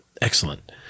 Excellent